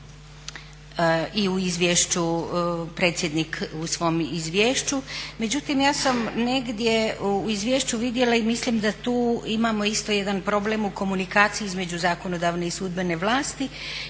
i u izvješću predsjednik u svom izvješću. Međutim, ja sam negdje u izvješću vidjela i mislim da tu imamo isto jedan problem u komunikaciji između zakonodavne i sudbene vlasti,